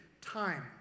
time